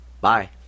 Bye